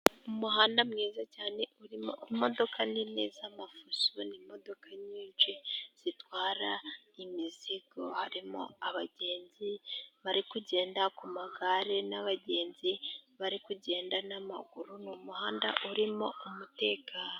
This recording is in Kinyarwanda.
Umuhanda mwiza cyane urimo imodokadoka nini z'amafuso n'modoka nyinshi zitwara imizigo. Harimo abagenzi bari kugenda ku magare n'abagenzi bari kugenda n'amaguru, ni umuhanda urimo umutekano.